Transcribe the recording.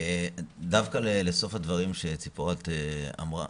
דווקא לסוף הדברים שציפורת אמרה.